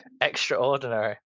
Extraordinary